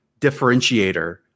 differentiator